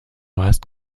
hast